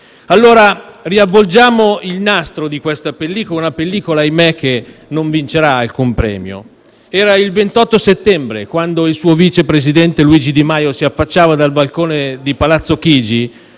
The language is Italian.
allora il nastro di questa pellicola, che - ahimè - non vincerà alcun premio. Era il 28 settembre quando il suo vice presidente Luigi Di Maio si affacciava dal balcone di Palazzo Chigi,